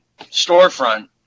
storefront